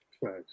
Right